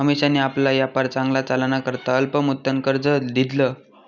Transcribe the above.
अमिशानी आपला यापार चांगला चालाना करता अल्प मुदतनं कर्ज ल्हिदं